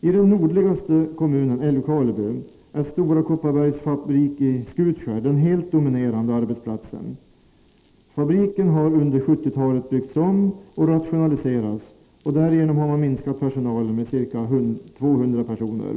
I den nordligaste kommunen, Älvkarleby, är Stora Kopparbergs fabrik i Skutskär den helt dominerande arbetsplatsen. Fabriken har under 1970-talet byggts om och rationaliserats. Och därigenom har man minskat personalen med ca 200 personer.